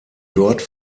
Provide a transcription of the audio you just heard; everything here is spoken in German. dort